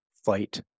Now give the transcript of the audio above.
Fight